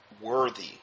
worthy